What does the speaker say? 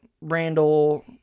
Randall